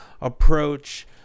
approach